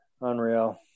unreal